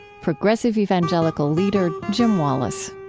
progressive evangelical leader jim wallis